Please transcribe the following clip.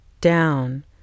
down